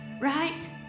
right